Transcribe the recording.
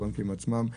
הבנקים עצמם,